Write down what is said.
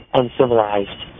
uncivilized